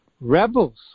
Rebels